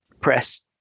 press